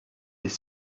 des